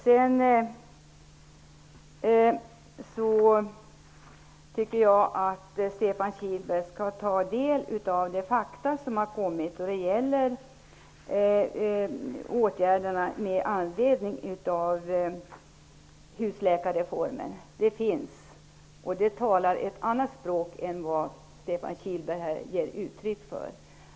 Jag tycker att Stefan Kihlberg skall ta del av de fakta som har framkommit när det gäller åtgärderna med anledning av husläkarreformen. De talar ett annat språk än vad Stefan Kihlberg här ger uttryck för.